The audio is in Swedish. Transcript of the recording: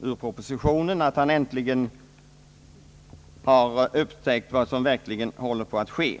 ur propositionen att han äntligen har upptäckt vad som verkligen håller på att ske.